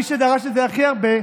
מי שדרש את זה הכי הרבה,